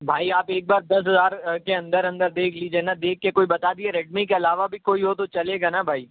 بھائی آپ ایک بار دس ہزار کے اندر اندر دیکھ لیجیے نا دیکھ کے کوئی بتا دیجیے ریڈمی کے علاوہ بھی کوئی ہو تو چلے گا نا بھائی